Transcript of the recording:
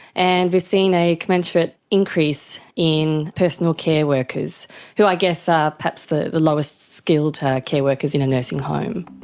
and we have seen a commensurate increase in personal care workers who i guess are perhaps the the lowest skilled care workers in a nursing home.